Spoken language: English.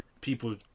people